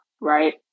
right